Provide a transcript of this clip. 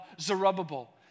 Zerubbabel